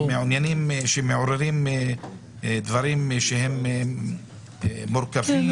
שמעוררים דברים מורכבים,